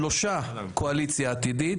שלושה מהקואליציה העתידית,